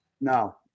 No